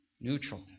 neutral